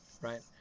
right